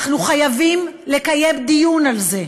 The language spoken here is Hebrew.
אנחנו חייבים לקיים דיון על זה,